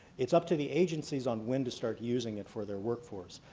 it's up to the agencies on when to start using it for their workforce.